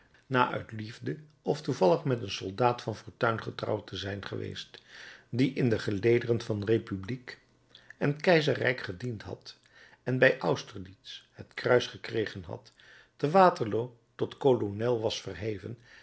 na uit liefde of toevallig met een soldaat van fortuin getrouwd te zijn geweest die in de gelederen van republiek en keizerrijk gediend en bij austerlitz het kruis gekregen had te waterloo tot kolonel was verheven